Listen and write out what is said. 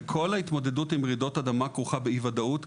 וכל ההתמודדות עם רעידות אדמה כרוכה באי-וודאות,